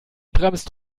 bremst